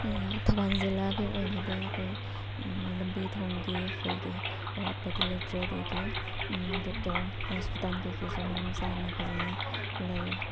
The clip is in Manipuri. ꯊꯧꯕꯥꯜ ꯖꯤꯂꯥꯒꯤ ꯑꯣꯏꯅꯗ ꯑꯩꯈꯣꯏ ꯂꯝꯕꯤ ꯊꯣꯡꯒꯤ ꯀꯩꯒꯤ ꯑꯋꯥꯠꯄꯗꯤ ꯂꯩꯇ꯭ꯔꯦ ꯑꯗꯒꯤ ꯗꯣꯛꯇꯔ ꯍꯣꯁꯄꯤꯇꯥꯜ ꯀꯩꯀꯩꯁꯨ ꯃꯔꯝ ꯆꯥꯅ ꯐꯖꯅ ꯂꯩ